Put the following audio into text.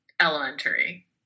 Elementary